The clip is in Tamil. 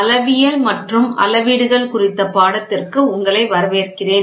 அளவியல் மற்றும் அளவீடுகள் குறித்த பாடத்திற்கு உங்களை வரவேற்கிறேன்